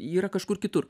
yra kažkur kitur